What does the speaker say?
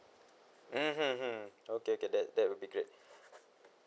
mm mm mm okay that that would be great